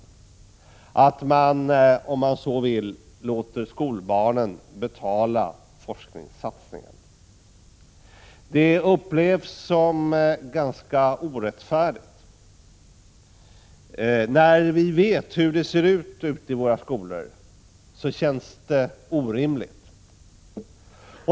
Man kan säga att regeringen låter skolbarnen betala forskningssatsningen. Det upplevs som ganska orättfärdigt. När vi vet hur det ser ut i våra skolor känns det orimligt.